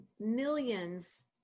millions